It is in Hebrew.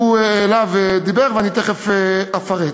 העלה ודיבר, ואני תכף אפרט.